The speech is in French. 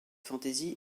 fantasy